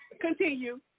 Continue